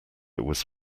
was